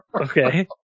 Okay